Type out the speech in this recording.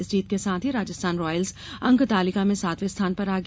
इस जीत के साथ ही राजस्थान रॉयल्स अंक तालिका में सातवें स्थान पर आ गया